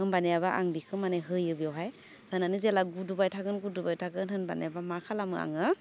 होमबानियाबा आं बिखौ माने होयो बेवहाय होनानै जेला गोदौबाय थागोन गोदौबाय थागोन होनबानियाबा मा खालामो आङो